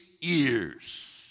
years